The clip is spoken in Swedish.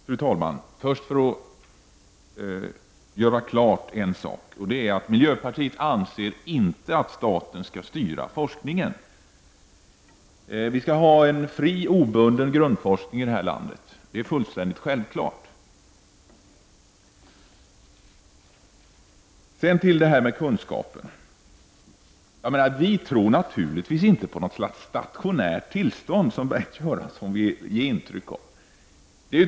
Fru talman! Först vill jag göra klart att miljöpartiet inte anser att staten skall styra forskningen. Det är fullständigt självklart att vi skall ha en fri och obunden grundforskning i det här landet. När det gäller kunskaper tror vi naturligtvis inte på något slags stationärt tillstånd som Bengt Göransson ville ge intryck av.